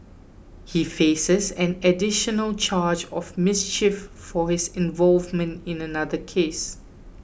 he faces an additional charge of mischief for his involvement in another case